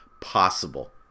possible